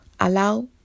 Allow